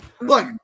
Look